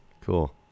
cool